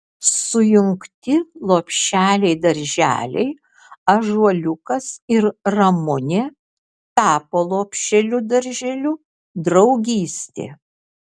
sujungti lopšeliai darželiai ąžuoliukas ir ramunė tapo lopšeliu darželiu draugystė